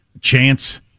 chance